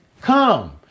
come